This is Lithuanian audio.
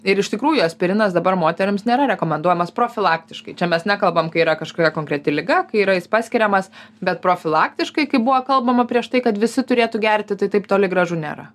ir iš tikrųjų aspirinas dabar moterims nėra rekomenduojamas profilaktiškai čia mes nekalbam kai yra kažkokia konkreti liga kai yra jis paskiriamas bet profilaktiškai kai buvo kalbama prieš tai kad visi turėtų gerti tai taip toli gražu nėra